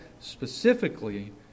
specifically